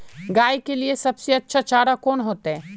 गाय के लिए सबसे अच्छा चारा कौन होते?